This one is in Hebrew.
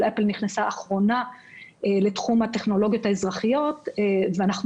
גוגל אפל נכנסה אחרונה לתחום הטכנולוגיות האזרחיות ואנחנו